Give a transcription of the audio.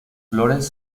flores